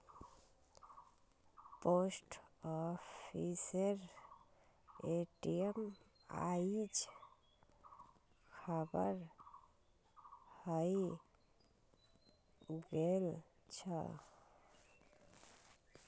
post ऑफिसेर ATM आइज खराब हइ गेल छ